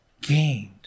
gained